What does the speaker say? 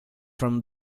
from